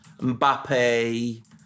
Mbappe